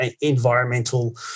environmental